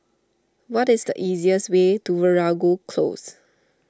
what is the easiest way to Veeragoo Close